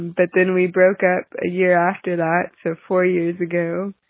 but then we broke up a year after that. so four years ago.